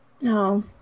No